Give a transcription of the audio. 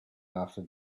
after